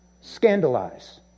scandalize